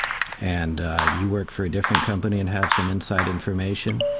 and you work for a different company and have some inside information,